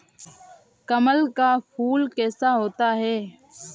कमल का फूल कैसा होता है?